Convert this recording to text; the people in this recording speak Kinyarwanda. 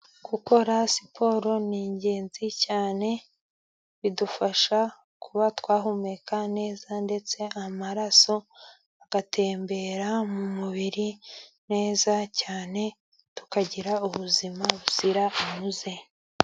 Gukora siporo ni ingenzi cyane, bidufasha kuba twahumeka neza ndetse amaraso agatembera mu mubiri neza cyane, tukagira ubuzima buzira umuze.